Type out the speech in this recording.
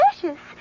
delicious